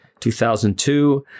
2002